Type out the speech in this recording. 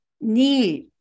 need